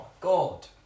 God